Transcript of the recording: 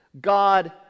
God